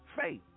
faith